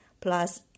plus